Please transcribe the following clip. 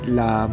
la